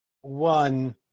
One